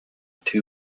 two